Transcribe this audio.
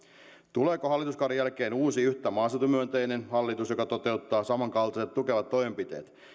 tuleeko hallituskauden jälkeen uusi yhtä maaseutumyönteinen hallitus joka toteuttaa samankaltaiset tukevat toimenpiteet